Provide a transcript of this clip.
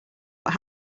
what